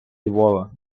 львова